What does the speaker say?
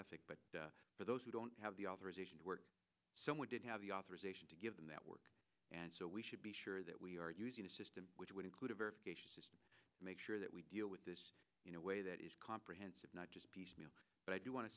ethic but for those who don't have the authorization to work so we did have the authorization to give them that work and so we should be sure that we are using a system which would include a verification system make sure that we deal with this in a way that is comprehensive not just piecemeal but i do want to